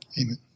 Amen